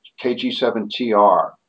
KG7TR